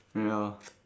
ya